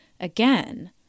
again